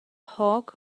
hog